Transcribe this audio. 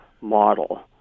model